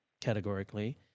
categorically